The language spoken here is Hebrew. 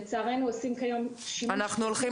לצערנו עושים כיום שימוש אנחנו הולכים